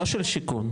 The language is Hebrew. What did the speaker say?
לא של שיכון,